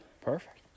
Perfect